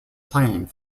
playing